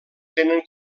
tenen